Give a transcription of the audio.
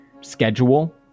schedule